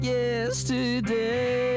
yesterday